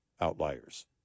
outliers